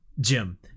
Jim